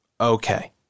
Okay